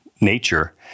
nature